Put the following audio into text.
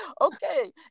okay